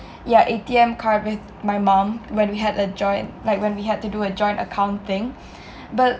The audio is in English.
ya A_T_M card with my mom when we had a joint like when we had to do a joint account thing but